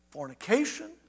fornication